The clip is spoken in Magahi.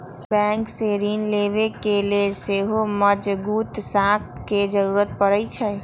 बैंक से ऋण लेबे के लेल सेहो मजगुत साख के जरूरी परै छइ